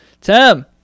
Tim